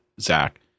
Zach